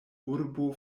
urbo